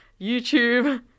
youtube